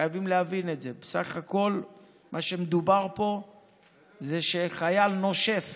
חייבים להבין את זה: בסך הכול מה שמדובר פה זה שחייל נושף